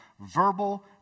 verbal